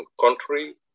country